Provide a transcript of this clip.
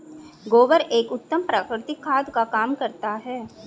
गोबर एक उत्तम प्राकृतिक खाद का काम करता है